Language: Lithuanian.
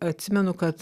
atsimenu kad